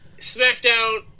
Smackdown